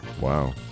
wow